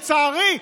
לצערי,